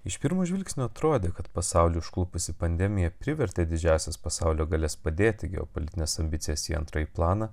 iš pirmo žvilgsnio atrodė kad pasaulį užklupusi pandemija privertė didžiąsias pasaulio galias padėti geopolitines ambicijas į antrąjį planą